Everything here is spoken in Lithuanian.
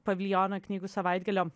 paviljono knygų savaitgalio